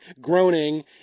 groaning